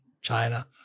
China